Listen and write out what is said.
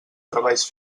treballs